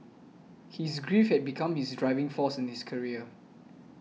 his grief had become his driving force in his career